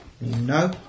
No